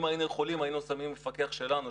אם היינו יכולים היינו שמים מפקח שלנו,